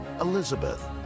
Elizabeth